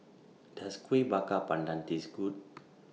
Does Kuih Bakar Pandan Taste Good